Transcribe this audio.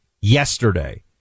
yesterday